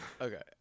okay